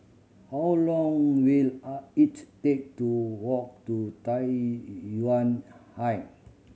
how long will I it take to walk to Tai Yuan High